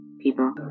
people